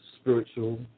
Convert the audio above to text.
spiritual